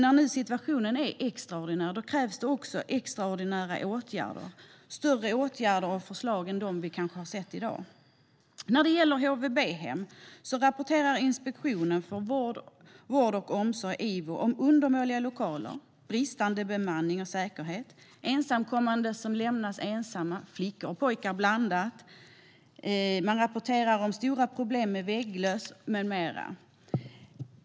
När situationen nu är extraordinär krävs det också extraordinära åtgärder, kanske större åtgärder och förslag än de som vi har sett i dag. När de gäller HVB rapporterar Inspektionen för vård och omsorg, Ivo, om undermåliga lokaler, bristande bemanning och säkerhet, ensamkommande som lämnas ensamma, flickor och pojkar blandat. Man rapporterar också om stora problem med vägglöss med mera.